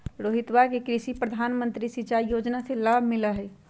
रोहितवा के प्रधानमंत्री कृषि सिंचाई योजना से लाभ मिला हई